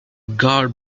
guard